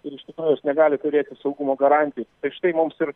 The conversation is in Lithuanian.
ir iš tikrųjų jos negali turėti saugumo garantijų tai štai mums ir